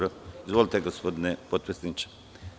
Izvolite, gospodine potpredsedniče.